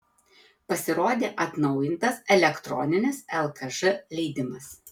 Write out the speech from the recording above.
pasirodė atnaujintas elektroninis lkž leidimas